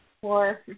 four